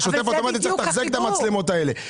בשוטף את אומרת שצריך לתחזק את המצלמות האלה.